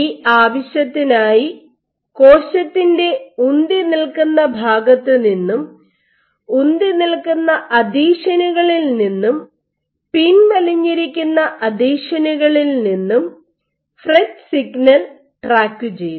ഈ ആവശ്യത്തിനായി കോശത്തിന്റെ ഉന്തിനിൽക്കുന്ന ഭാഗത്തുനിന്നും ഉന്തിനിൽക്കുന്ന അഥീഷനുകളിൽ നിന്നും പിൻവലിഞ്ഞിരിക്കുന്ന അഥീഷനുകളിൽ നിന്നും അവർ ഫ്രറ്റ് സിഗ്നൽ ട്രാക്കു ചെയ്തു